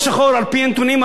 על-פי הנתונים הבין-לאומיים,